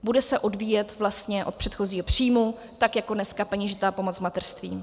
Bude se odvíjet vlastně od předchozího příjmu, tak jako dneska peněžitá pomoc v mateřství.